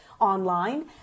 online